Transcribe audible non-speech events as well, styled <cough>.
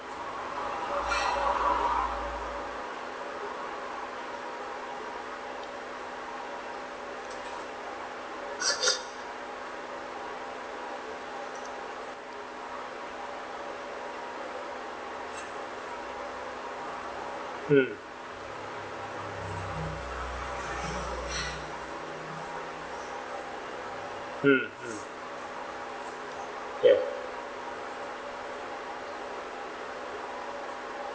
<breath> mm mm mm ya